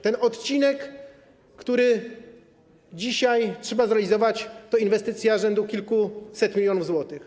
Ten odcinek, który dzisiaj trzeba zrealizować, to inwestycja rzędu kilkuset milionów złotych.